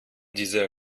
dieser